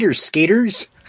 skaters